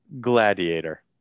gladiator